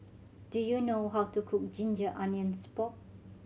do you know how to cook ginger onions pork